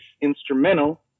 instrumental